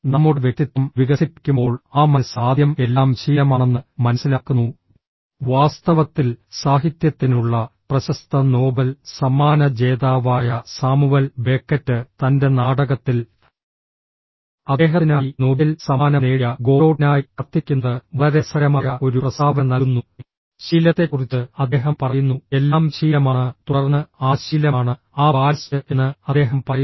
നമ്മുടെ വ്യക്തിത്വം വികസിപ്പിക്കുമ്പോൾ ആ മനസ്സ് ആദ്യം എല്ലാം ശീലമാണെന്ന് മനസ്സിലാക്കുന്നു വാസ്തവത്തിൽ സാഹിത്യത്തിനുള്ള പ്രശസ്ത നോബൽ സമ്മാന ജേതാവായ സാമുവൽ ബെക്കറ്റ് തൻറെ നാടകത്തിൽ അദ്ദേഹത്തിനായി നൊബേൽ സമ്മാനം നേടിയ ഗോഡോട്ടിനായി കാത്തിരിക്കുന്നത് വളരെ രസകരമായ ഒരു പ്രസ്താവന നൽകുന്നു ശീലത്തെക്കുറിച്ച് അദ്ദേഹം പറയുന്നു എല്ലാം ശീലമാണ് തുടർന്ന് ആ ശീലമാണ് ആ ബാലസ്റ്റ് എന്ന് അദ്ദേഹം പറയുന്നു